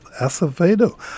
Acevedo